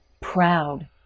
proud